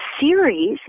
series